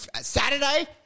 Saturday